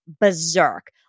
berserk